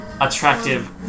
attractive